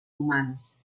humanos